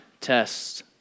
tests